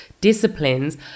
disciplines